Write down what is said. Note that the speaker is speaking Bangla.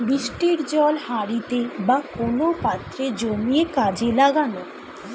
বৃষ্টির জল হাঁড়িতে বা কোন পাত্রে জমিয়ে কাজে লাগানো